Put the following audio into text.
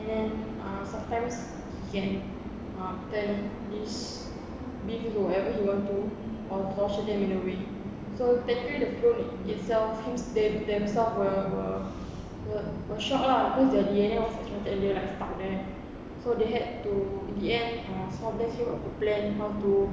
and then ah sometimes he can ah turn this beam into whatever he want to or torture them in a way so technically the people itself hims~ them them self were were were were shocked lah cause their D_N_A was extorted and they were like stuck there so they had to in the end uh some of them still got to plan how to